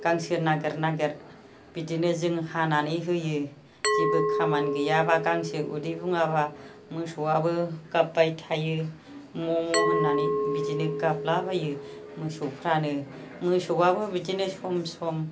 गांसो नागिर नागिर बिदिनो जों हानानै होयो जेबो खामानि गैयाबा गांसो उदै बुङाबा मोसौआबो गाबबाय थायो म' म' होननानै बिदिनो गाबला बायो मोसौफ्रानो मोसौबाबो बिदिनो सम सम